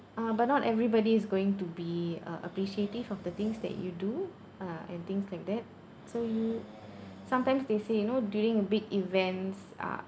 uh but not everybody is going to be uh appreciative of the things that you do uh and things like that so you sometimes they say you know during a big events are